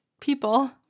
people